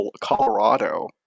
Colorado